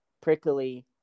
prickly